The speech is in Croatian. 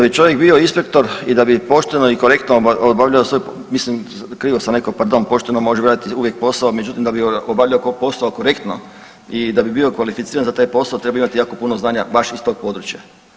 Da bi čovjek bio inspektor i da bi pošteno i korektno obavljao, svoj, mislim krivo sam rekao, pardon pošteno može obavljati uvijek posao međutim da bi obavljao ko posao korektno i da bi bio kvalificiran za taj posao treba imati jako puno znanja baš iz tog područja.